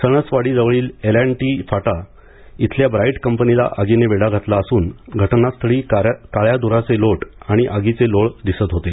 सणसवाडीजवळील L and T फाटा येथील Bright कंपनीला आगीने वेढा घातला असून घटनास्थळी काळ्या धुराचे लोट आणि आगीचे लोळ दिसत होते